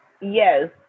Yes